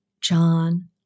John